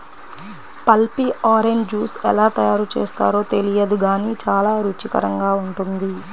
pulpy orange juice ఎలా తయారు చేస్తారో తెలియదు గానీ చాలా రుచికరంగా ఉంటుంది